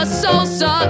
salsa